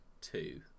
two